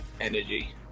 energy